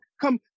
come